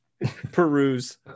peruse